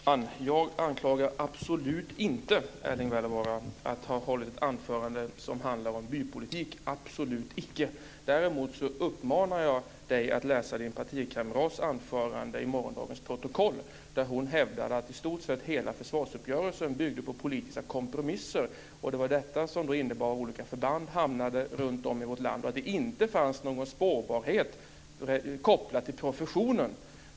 Fru talman! Jag anklagar absolut inte Erling Wälivaara för att ha hållit ett anförande som handlar om bypolitik - absolut icke. Däremot uppmanar jag honom att läsa partikamratens anförande i morgondagens protokoll, där hon hävdar att i stort sett hela försvarsuppgörelsen bygger på politiska kompromisser. Det var detta som innebar frågan om var olika förband hamnade runtom i vårt land. Det fanns inte heller någon spårbarhet kopplad till professionen.